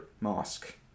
Mosque